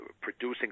producing